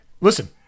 Listen